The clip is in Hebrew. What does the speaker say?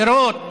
לירות,